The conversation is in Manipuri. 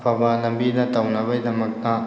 ꯑꯐꯕ ꯂꯝꯕꯤꯗ ꯇꯧꯅꯕꯩꯗꯃꯛꯇ